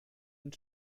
and